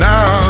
Now